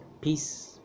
Peace